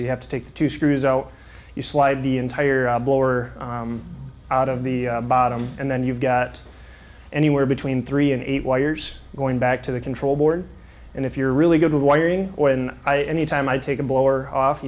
you have to take two screws so you slide the entire blower out of the bottom and then you've got anywhere between three and eight wires going back to the control board and if you're really good with wiring or in any time i take the blower off